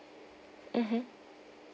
mmhmm